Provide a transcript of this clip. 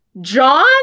John